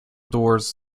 doors